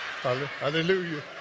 Hallelujah